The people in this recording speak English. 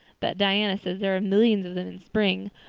but diana says there are millions of them in spring.